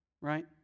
Right